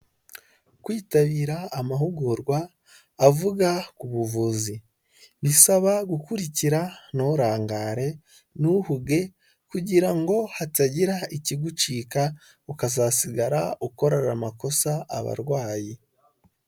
Kwitabira amahugurwa avuga ku buvuzi bisaba gukurikira nturangare ntuhuge kugira ngo hatagira ikigucika ukazasigara ukorera amakosa abarwayi.